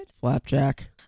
Flapjack